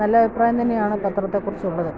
നല്ല അഭിപ്രായം തന്നെയാണ് പത്രത്തെക്കുറിച്ചുള്ളത്